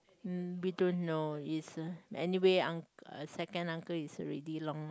mm we don't know is uh anyway un~ second uncle is already long